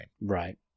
Right